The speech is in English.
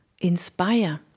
inspire